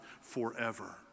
forever